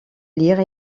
lire